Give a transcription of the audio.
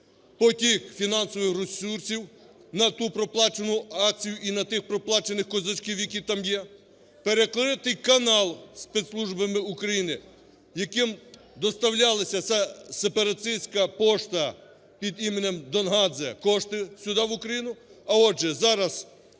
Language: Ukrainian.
потік фінансових ресурсів на ту проплачену акцію і на тих проплачених козачків, які там є, перекритий канал спецслужбами України, яким доставлялася сепаратистська пошта під іменем Дангадзе, кошти сюди в Україну. А, отже, зараз